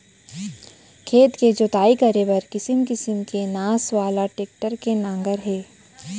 खेत के जोतई करे बर किसम किसम के नास वाला टेक्टर के नांगर हे